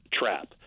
trap